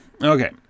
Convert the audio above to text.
okay